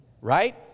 Right